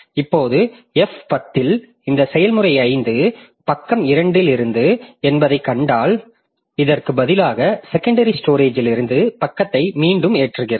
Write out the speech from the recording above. இப்போது f10 இல் இந்த செயல்முறை 5 பக்கம் 2 இருந்தது என்பதைக் கண்டால் அதற்கு பதிலாக செகோண்டரி ஸ்டோரேஜ்லிருந்து பக்கத்தை மீண்டும் ஏற்றுகிறது